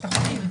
את החולים.